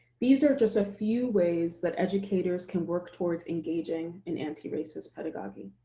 these are just a few ways that educators can work towards engaging in anti-racist pedagogy.